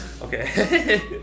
okay